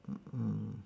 mm mm